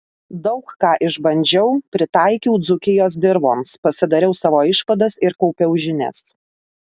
daug ką išbandžiau pritaikiau dzūkijos dirvoms pasidariau savo išvadas ir kaupiau žinias